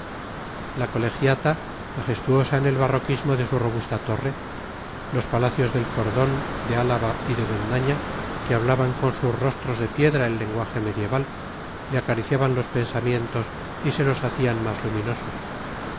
la colegiata majestuosa en el barroquismo de su robusta torre los palacios del cordón de álava y de bendaña que hablaban con sus rostros de piedra el lenguaje medieval le acariciaban los pensamientos y se los hacían más luminosos